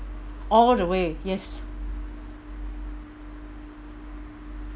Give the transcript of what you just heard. all the way yes